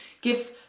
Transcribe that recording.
give